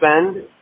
spend